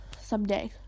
someday